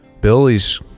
Billy's